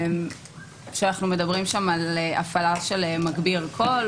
שם אנחנו מדברים על הפעלה של מגביר קול.